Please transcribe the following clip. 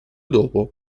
dopo